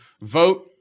Vote